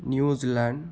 New Zealand